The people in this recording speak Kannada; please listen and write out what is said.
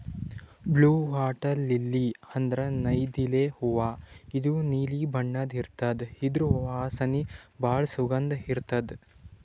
ಬ್ಲೂ ವಾಟರ್ ಲಿಲ್ಲಿ ಅಂದ್ರ ನೈದಿಲೆ ಹೂವಾ ಇದು ನೀಲಿ ಬಣ್ಣದ್ ಇರ್ತದ್ ಇದ್ರ್ ವಾಸನಿ ಭಾಳ್ ಸುಗಂಧ್ ಇರ್ತದ್